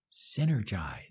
Synergize